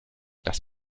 das